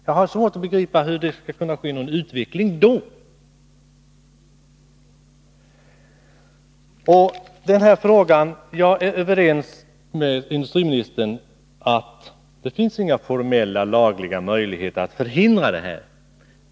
Jag har svårt att begripa att det kan ske någon utveckling då. Jag är överens med industriministern om att det inte finns några formella lagliga möjligheter att förhindra detta.